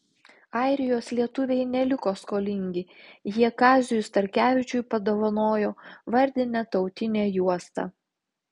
airijos lietuviai neliko skolingi jie kaziui starkevičiui padovanojo vardinę tautinę juostą